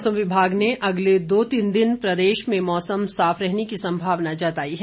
मौसम विभाग ने अगले दो तीन दिन प्रदेश में मौसम साफ रहने की संभावना जताई है